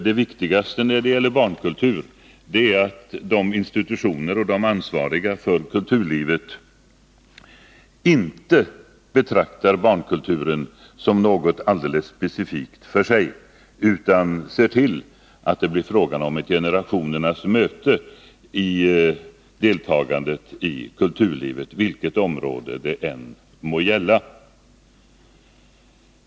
Det viktigaste när det gäller barnkultur är att institutioner och ansvariga för kulturlivet inte betraktar barnkulturen som något alldeles specifikt för sig utan ser till att det blir fråga om ett generationernas möte i deltagandet i kulturlivet, vilket område det än må gälla.